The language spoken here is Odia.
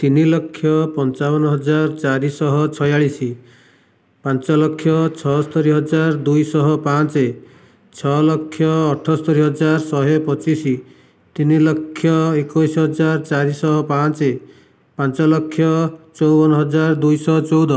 ତିନି ଲକ୍ଷ ପଞ୍ଚାବନ ହଜାର ଚାରିଶହ ଛୟାଳିଶ ପାଞ୍ଚ ଲକ୍ଷ ଛଅସ୍ତରି ହଜାର ଦୁଇ ଶହ ପାଞ୍ଚ ଛଅ ଲକ୍ଷ ଅଠସ୍ତରି ହଜାର ଶହେ ପଚିଶ ତିନି ଲକ୍ଷ ଏକୋଇଶ ହଜାର ଚାରି ଶହ ପାଞ୍ଚ ପାଞ୍ଚ ଲକ୍ଷ ଚଉବନ ହଜାର ଦୁଇ ଶହ ଚଉଦ